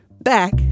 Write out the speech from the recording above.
back